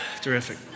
Terrific